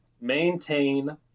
maintain